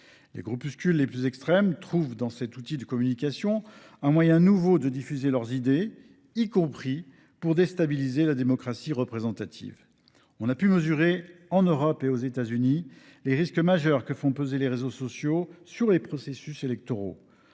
Les groupuscules extrêmes trouvent dans cet outil de communication un nouveau moyen de diffuser leurs idées, y compris pour déstabiliser la démocratie représentative. On a pu mesurer, en Europe et aux États Unis, le risque majeur que font peser les réseaux sociaux sur les processus électoraux.